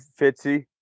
Fitzy